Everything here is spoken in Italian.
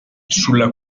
sulla